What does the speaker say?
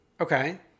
Okay